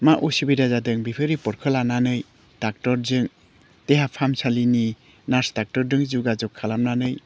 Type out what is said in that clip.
मा उसुबिदा जादों बेफोर रिपर्टखौ लानानै डाक्टरजों देहा फाहामसालिनि नार्स डाक्टरदों जगा जग खालामनानै